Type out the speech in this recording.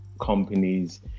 companies